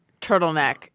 turtleneck